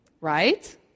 right